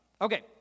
Okay